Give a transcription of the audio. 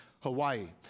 Hawaii